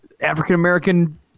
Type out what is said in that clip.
African-American